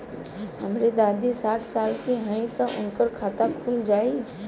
हमरे दादी साढ़ साल क हइ त उनकर खाता खुल जाई?